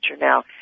now